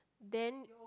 then